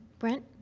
brent?